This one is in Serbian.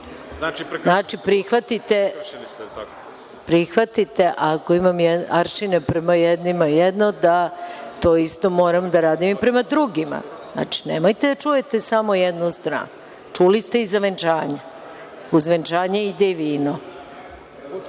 prihvatite, ako imam aršine prema jednima jedno, da to isto moram da radim i prema drugima. Nemojte da čujete samo jednu stranu. Čuli ste i za venčanje. Uz venčanje ide i vino.